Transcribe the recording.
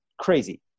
crazy